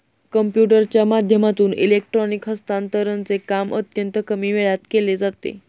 कम्प्युटरच्या माध्यमातून इलेक्ट्रॉनिक हस्तांतरणचे काम अत्यंत कमी वेळात केले जाते